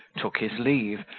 took his leave,